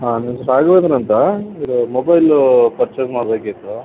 ಹಾಂ ನನ್ನ ಹೆಸರು ರಾಘವೇಂದ್ರ ಅಂತ ಇದು ಮೊಬೈಲು ಪರ್ಚೇಸ್ ಮಾಡಬೇಕಿತ್ತು